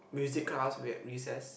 music class we had recess